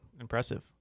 impressive